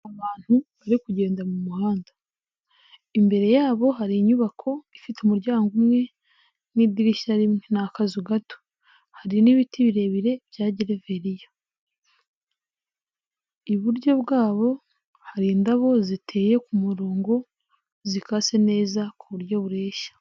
Abantu bari kugenda mu muhanda. Imbere yabo hari inyubako ifite umuryango umwe n'idirishya rimwe. Ni akazu gato. Hari n'ibiti birebire bya gereveriya. Iburyo bwabo hari indabo ziteye ku murongo zikase neza ku buryo bureshya.